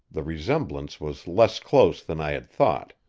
the resemblance was less close than i had thought.